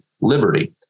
liberty